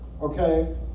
okay